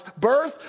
birth